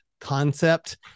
concept